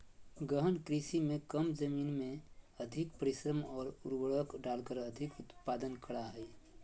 गहन कृषि में कम जमीन में अधिक परिश्रम और उर्वरक डालकर अधिक उत्पादन करा हइ